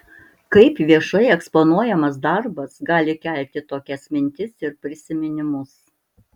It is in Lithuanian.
kaip viešai eksponuojamas darbas gali kelti tokias mintis ir prisiminimus